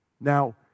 Now